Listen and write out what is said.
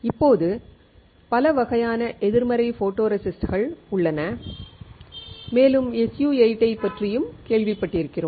இப்போது பல வகையான எதிர்மறை ஃபோட்டோரெசிஸ்ட்கள் உள்ளன மேலும் SU 8 ஐப் பற்றியும் கேள்விப்பட்டிருக்கிறோம்